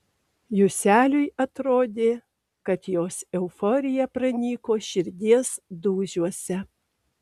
juseliui atrodė kad jos euforija pranyko širdies dūžiuose